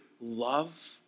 love